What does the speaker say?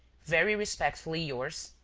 very respectfully yours,